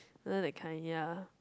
you know that kind ya